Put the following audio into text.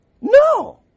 No